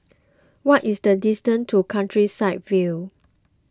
what is the distance to Countryside View